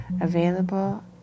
available